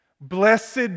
Blessed